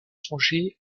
songer